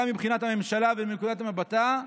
גם מבחינת הממשלה וnנקודת מבטה,